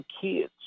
kids